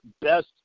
best